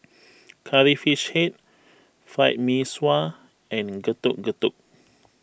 Curry Fish Head Fried Mee Sua and Getuk Getuk